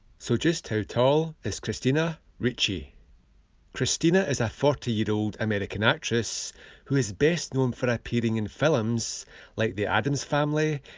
so just how tall is christina ricci christina is a forty year old american actress who is best known for appearing in films like the addams family,